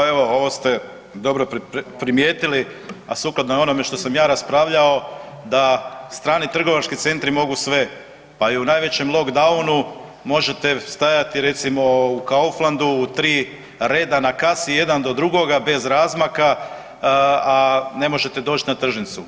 Pa evo ovo ste dobro primijetili, a sukladno onome što sam ja raspravljao da strani trgovački centri mogu sve pa i u najvećem lockdownu možete stajati recimo u Kauflandu u tri reda na kasi jedan do drugoga bez razmaka, a ne možete doći na tržnicu.